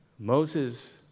Moses